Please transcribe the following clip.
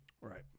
Right